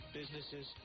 businesses